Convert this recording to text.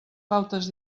pautes